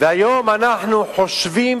והיום אנחנו חושבים